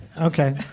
Okay